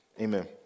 Amen